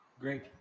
Great